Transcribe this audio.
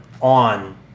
on